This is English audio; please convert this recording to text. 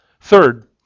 third